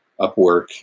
Upwork